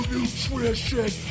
Nutrition